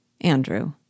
Andrew